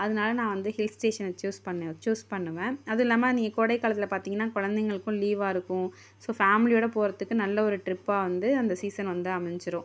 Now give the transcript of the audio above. அதனால நான் வந்து ஹில்ஸ் ஸ்டேஷனை சூஸ் சூஸ் பண்ணுவேன் அதும் இல்லாமல் நீங்கள் கோடை காலத்தில் பார்த்திங்ன்னா குழந்தைங்களுக்கும் லீவாகருக்கும் ஸோ ஃபேமிலியோட போகிறதுக்கு நல்ல ஒரு ட்ரிப்பாக வந்து அந்த சீசன் வந்து அமைஞ்சிடும்